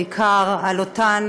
בעיקר על אותן